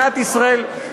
לא כבוש.